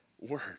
word